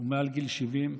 הוא מעל גיל 70,